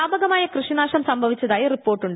വ്യാപകമായ കൃഷ്ീണാ്ശം സംഭവിച്ചതായി റിപ്പോർട്ടുണ്ട്